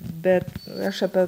bet aš apie